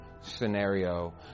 scenario